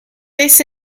this